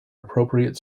appropriate